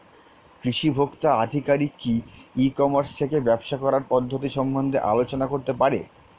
কৃষি ভোক্তা আধিকারিক কি ই কর্মাস থেকে ব্যবসা করার পদ্ধতি সম্বন্ধে আলোচনা করতে পারে?